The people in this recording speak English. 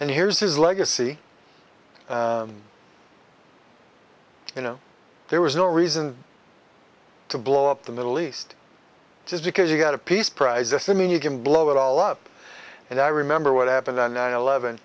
and here's his legacy you know there was no reason to blow up the middle east just because you've got a peace prize assuming you can blow it all up and i remember what happened on nine eleven